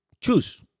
choose